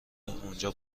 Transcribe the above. اونجا